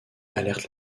alerte